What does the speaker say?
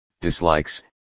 dislikes